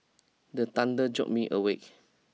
the thunder jolt me awake